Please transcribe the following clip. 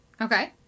Okay